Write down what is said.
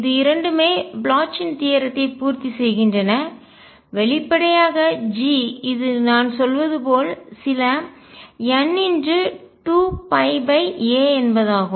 இது இரண்டுமே ப்ளாச்சின் தியரம்த்தை தேற்றம்பூர்த்தி செய்கின்றன வெளிப்படையாக G இது நான் சொல்வது போல் சில n2πa என்பதாகும்